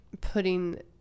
putting